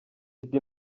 mfite